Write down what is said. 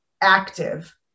active